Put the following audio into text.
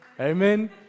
Amen